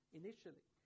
initially